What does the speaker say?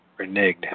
reneged